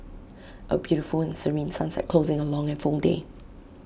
A beautiful and serene sunset closing A long and full day